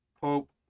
Pope